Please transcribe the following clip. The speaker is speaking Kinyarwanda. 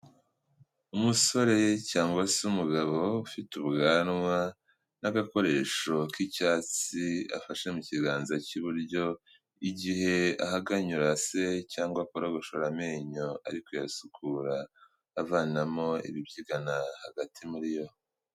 Umusore cyangwa se umugabo, ufite ubwanwa n'agakoresho k'icyatsi, afashe mu kiganza cy'iburyo, igihe ahaganyura se, cyangwa akorogoshora amenyo, ari kuyasukura, avanamo ibibyigana, hagati muri yo.